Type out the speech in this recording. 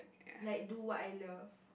like do what I love